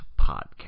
Podcast